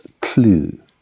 clue